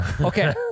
Okay